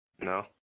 No